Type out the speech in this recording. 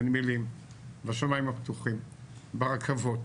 בנמלים, והשמיים הפתוחים, ברכבות,